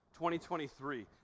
2023